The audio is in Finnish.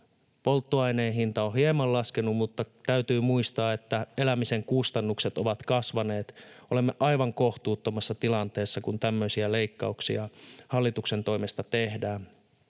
Polttoaineen hinta on hieman laskenut, mutta täytyy muistaa, että elämisen kustannukset ovat kasvaneet. Olemme aivan kohtuuttomassa tilanteessa, kun tämmöisiä leikkauksia hallituksen toimesta tehdään.